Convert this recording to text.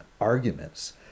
arguments